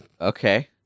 Okay